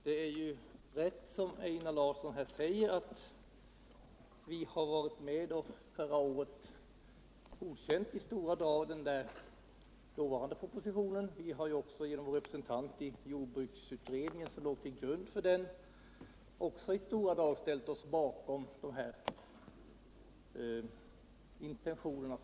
Herr talman! Det är riktigt som Einar Larsson här säger att vi förra året var med om att i stora drag godkänna den dåvarande jordbrukspropositionen. Vi har också genom en representant i jordbruksutredningen, som låg till grund för propositionen, i stora drag ställt oss bakom de intentionerna.